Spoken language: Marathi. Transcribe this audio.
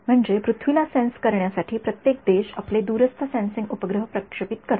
म्हणजे पृथ्वीला सेन्स करण्यासाठी प्रत्येक देश आपले दूरस्थ सेन्सिंग उपग्रह प्रक्षेपित करते